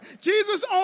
Jesus